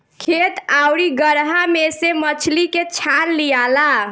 खेत आउरू गड़हा में से मछली के छान लियाला